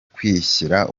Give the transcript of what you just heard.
kwishyira